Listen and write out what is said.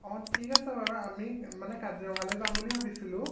অঁ ঠিক আছে বাৰু আমি মানে কাজিৰঙালৈ যাম বুলি ভাবিছিলোঁ